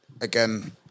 again